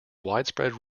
widespread